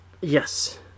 Yes